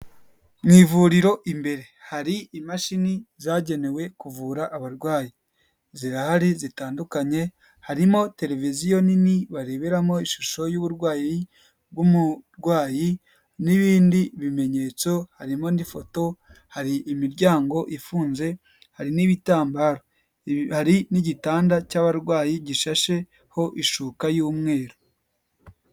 Mu ivuriro imbere, hari imashini zagenewe kuvura abarwayi, zirahari zitandukanye, harimo televiziyo nini bareberamo ishusho y'uburwayi bw'umurwayi n'ibindi bimenyetso, harimo n'ifoto, hari imiryango ifunze, hari n'ibitambararo, hari n'igitanda cy'abarwayi gishasheho ishuka y'umweru.